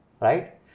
Right